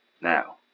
Now